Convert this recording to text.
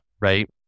right